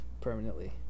permanently